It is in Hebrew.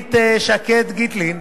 שמרית שקד-גיטלין,